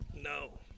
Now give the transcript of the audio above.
No